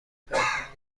پنهون